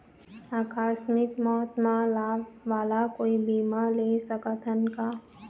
आकस मिक मौत म लाभ वाला कोई बीमा ले सकथन का?